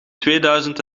tweeduizend